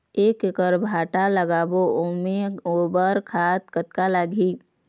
एक एकड़ भांटा लगाबो ओमे गोबर खाद कतक लगही?